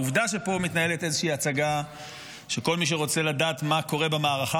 העובדה שפה מתנהלת איזושהי הצגה שכל מי שרוצה לדעת מה קורה במערכה